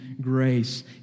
grace